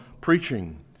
preaching